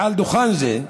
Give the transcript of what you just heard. מעל דוכן זה: